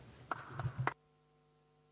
Hvala